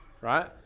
right